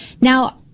Now